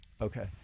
Okay